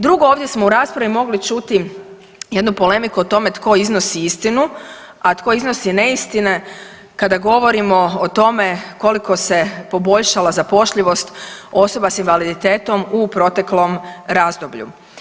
Drugo, ovdje smo u raspravi mogli čuti jednu polemiku o tome tko iznosi istinu, a tko iznosi neistine kada govorimo o tome koliko se poboljšala zapošljivost osoba s invaliditetom u proteklom razdoblju.